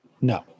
No